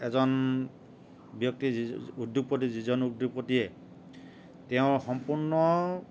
এজন ব্যক্তি যিজন উদ্যোগপতি যিজন উদ্যোগপতিয়ে তেওঁৰ সম্পূৰ্ণ